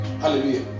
Hallelujah